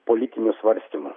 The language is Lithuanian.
politinių svarstymų